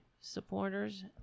supporters